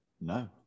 no